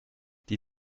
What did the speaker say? die